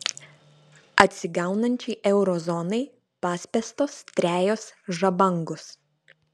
atsigaunančiai euro zonai paspęstos trejos žabangos